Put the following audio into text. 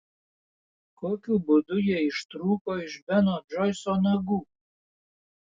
kokiu būdu jie ištrūko iš beno džoiso nagų